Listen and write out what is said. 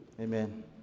amen